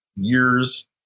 years